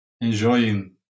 enjoying